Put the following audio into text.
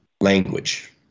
language